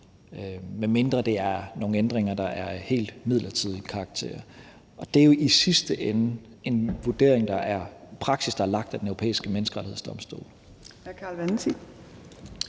medmindre det er nogle ændringer, der er af helt midlertidig karakter, og det er jo i sidste ende en praksis, der er anlagt af Den Europæiske Menneskerettighedsdomstol.